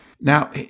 Now